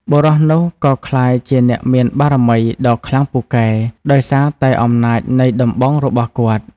បុរសនោះក៏ក្លាយជាអ្នកមានបារមីដ៏ខ្លាំងពូកែ ដោយសារតែអំណាចនៃដំបងរបស់គាត់ ។